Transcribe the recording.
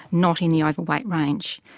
not in the overweight range.